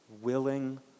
willing